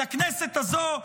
לכנסת הזו,